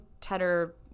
tedder